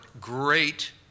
great